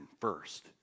first